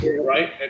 Right